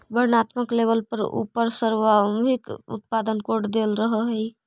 वर्णात्मक लेबल पर उपर सार्वभौमिक उत्पाद कोड देल रहअ हई